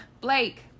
Blake